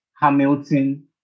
Hamilton